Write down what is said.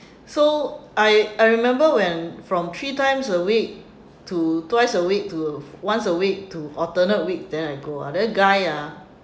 so I I remembered when from three times a week to twice a week to once a week to alternate week then I go uh that guy ah